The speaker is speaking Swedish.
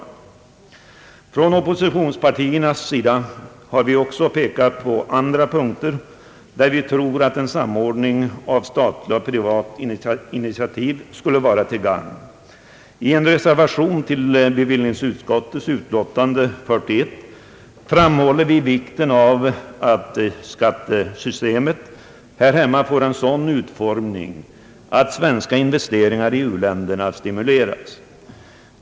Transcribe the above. Från oppositionspartiernas sida har vi också pekat på andra punkter, där vi tror att en samordning av statliga och privata initiativ skulle vara till gagn. I en reservation till bevillningsutskottets betänkande nr 41 framhåller vi vikten av att skattesystemet här hemma får så dan utformning att svenska investeringar i u-länderna stimuleras.